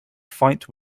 fight